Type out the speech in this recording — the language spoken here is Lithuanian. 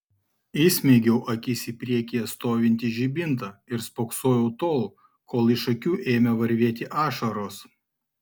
įsmeigiau akis į priekyje stovintį žibintą ir spoksojau tol kol iš akių ėmė varvėti ašaros